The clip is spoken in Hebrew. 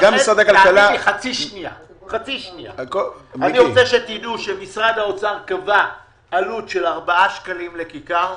אני רוצה שתדעו שמשרד האוצר קבע עלות של ארבעה שקלים לכיכר,